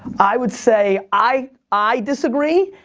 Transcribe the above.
i would say i i disagree.